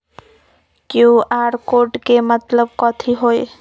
QR code के मतलब कथी होई?